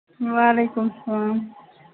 وعلیکُم اَسلام